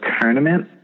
tournament